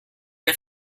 der